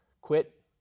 quit